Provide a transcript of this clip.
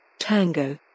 Tango